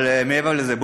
אבל מעבר לזה,